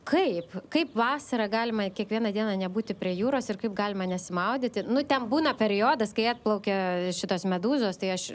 kaip kaip vasarą galima kiekvieną dieną nebūti prie jūros ir kaip galima nesimaudyti nu ten būna periodas kai atplaukia šitos medūzos tai aš